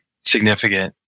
significant